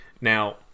now